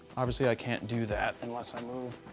obviously i can't do that unless i move